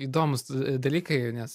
įdomūs dalykai nes